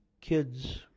kids